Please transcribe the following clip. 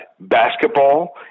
basketball